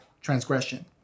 transgression